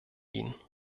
ihn